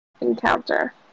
encounter